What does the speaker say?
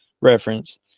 reference